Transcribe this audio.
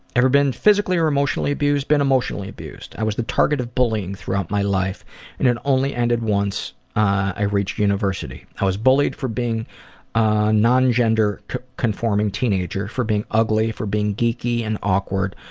ever been physically or emotionally abused? been emotionally abused. i was the target of bullying throughout my life and it only ended once i reached university. i was bullied for being a non-gender conforming teenager, for being ugly, for being geeky and being awkward.